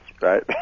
right